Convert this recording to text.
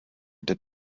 did